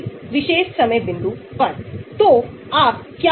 उदाहरण के लिए दवाओं की एक विविध श्रृंखला की anticonvulsant गतिविधि को देखें